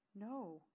No